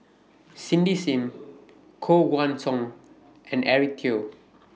Cindy SIM Koh Guan Song and Eric Teo